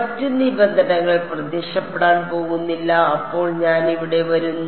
മറ്റ് നിബന്ധനകൾ പ്രത്യക്ഷപ്പെടാൻ പോകുന്നില്ല അപ്പോൾ ഞാൻ ഇവിടെ വരുന്നു